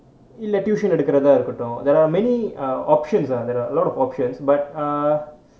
இல்லை:illai tuition எடுக்குறதா இருக்கட்டும்:edukurathaa irukkattum there are many options ah there are a lot of options but ah